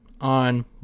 on